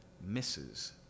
misses